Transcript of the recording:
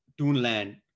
Toonland